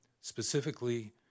specifically